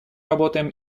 работаем